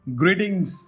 greetings